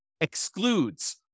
excludes